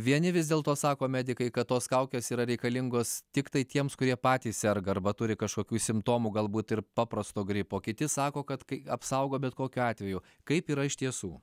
vieni vis dėl to sako medikai kad tos kaukės yra reikalingos tiktai tiems kurie patys serga arba turi kažkokių simptomų galbūt ir paprasto gripo kiti sako kad kai apsaugo bet kokiu atveju kaip yra iš tiesų